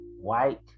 white